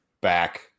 back